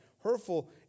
hurtful